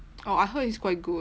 oh I heard he's quite good